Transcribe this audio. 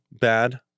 bad